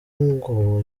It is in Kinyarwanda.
ngo